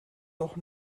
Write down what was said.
doch